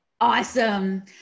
Awesome